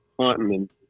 hunting